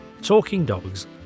TalkingDogs